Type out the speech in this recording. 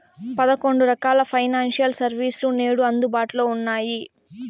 పదకొండు రకాల financial service లు నేడు అందుబాటులో ఉన్నాయి